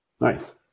Nice